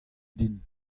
din